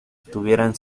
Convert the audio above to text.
estuvieran